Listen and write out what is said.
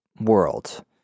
world